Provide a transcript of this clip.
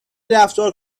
رفتار